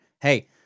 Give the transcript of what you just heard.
Hey